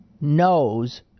knows